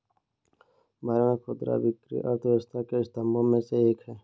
भारत में खुदरा बिक्री अर्थव्यवस्था के स्तंभों में से एक है